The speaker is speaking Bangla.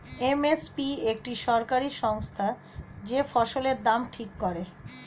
এম এস পি একটি সরকারি সংস্থা যে ফসলের দাম ঠিক করে